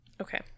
Okay